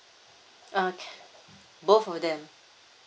uh both of them